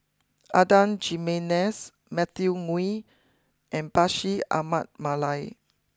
Adan Jimenez Matthew Ngui and Bashir Ahmad Mallal